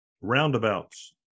Roundabouts